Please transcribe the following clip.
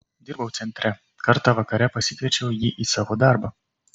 dirbau centre kartą vakare pasikviečiau jį į savo darbą